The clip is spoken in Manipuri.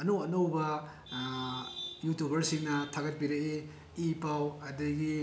ꯑꯅꯧ ꯑꯅꯧꯕ ꯌꯨꯇꯨꯕꯔꯁꯤꯡꯅ ꯊꯥꯒꯠꯄꯤꯔꯛꯏ ꯏ ꯄꯥꯎ ꯑꯗꯒꯤ